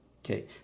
okay